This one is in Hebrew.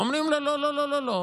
אומרים לו: לא לא לא,